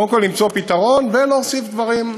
קודם כול למצוא פתרון ולהוסיף דברים,